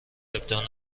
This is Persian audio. ابداع